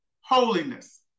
holiness